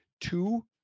two